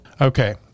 Okay